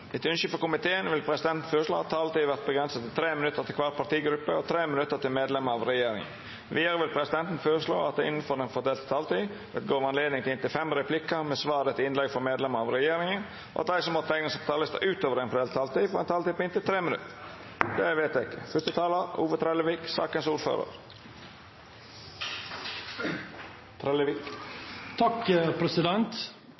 Etter ynske frå kommunal- og forvaltningskomiteen vil presidenten føreslå at taletida vert avgrensa til 3 minutt til kvar partigruppe og 3 minutt til medlemer av regjeringa. Vidare vil presidenten føreslå at det – innanfor den fordelte taletida – vert gjeve anledning til inntil fem replikkar med svar etter innlegg frå medlemer av regjeringa, og at dei som måtte teikna seg på talarlista utover den fordelte taletida, får ei taletid på inntil 3 minutt. – Det er